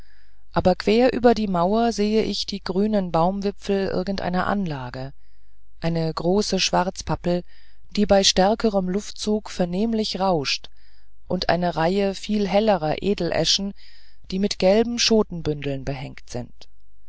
aber quer über die mauer sehe ich die grünen baumwipfel irgendeiner anlage eine große schwarzpappel die bei stärkerem luftzug vernehmlich rauscht und eine reihe viel hellerer edeleschen die mit gelben schotenbündeln behängt sind